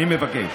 אני מבקש.